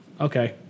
okay